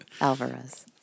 Alvarez